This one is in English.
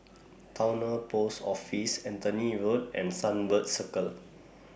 Towner Post Offices Anthony Road and Sunbird Circle